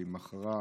היא מכרה,